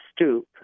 stoop